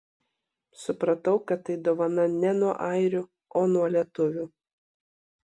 supratau kad tai dovana ne nuo airių o nuo lietuvių